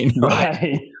Right